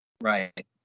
Right